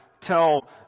tell